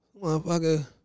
motherfucker